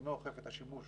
אינו אוכף את השימוש